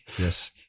Yes